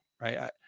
right